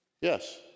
Yes